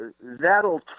that'll